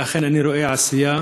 אלא אכן אני רואה עשייה